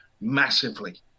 massively